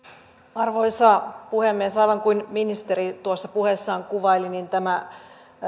arvoisa puhemies aivan kuten ministeri tuossa puheessaan kuvaili tämä